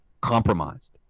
compromised